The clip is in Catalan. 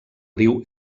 riu